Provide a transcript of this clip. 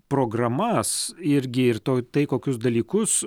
programas irgi ir to tai kokius dalykus